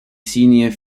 senior